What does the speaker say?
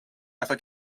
ever